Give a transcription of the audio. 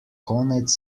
konec